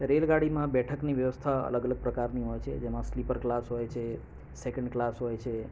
રેલગાડીમાં બેઠકની વ્યવસ્થા અલગ અલગ પ્રકારની હોય છે જેમાં સ્લીપર ક્લાસ હોય છે સેકન્ડ ક્લાસ હોય છે